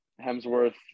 Hemsworth